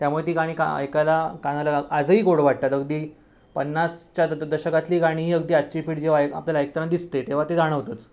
त्यामुळे ती गाणी का ऐकायला कानाला आजही गोड वाटतात अगदी पन्नासच्या द दशकातली गाणी ही अगदी आजची पिढी जेव्हा ऐक आपल्याला ऐकताना दिसते तेव्हा ते जाणवतंच